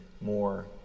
more